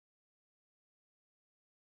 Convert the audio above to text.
everything teleport leh Joey